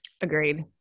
Agreed